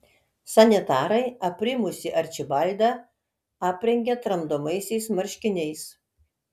sanitarai aprimusį arčibaldą aprengė tramdomaisiais marškiniais